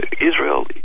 Israel